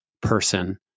person